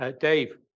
Dave